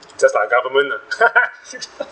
just like our government lah